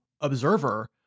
observer